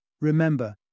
Remember